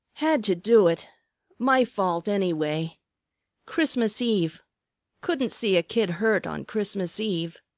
had to do it my fault anyway christmas eve couldn't see a kid hurt on christmas eve.